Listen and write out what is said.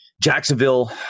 Jacksonville